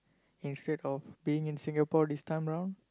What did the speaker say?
instead of being in Singapore this time around